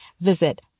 visit